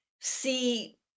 see